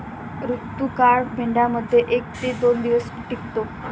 ऋतुकाळ मेंढ्यांमध्ये एक ते दोन दिवस टिकतो